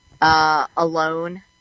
Alone